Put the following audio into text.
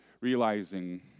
realizing